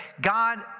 God